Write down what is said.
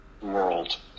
world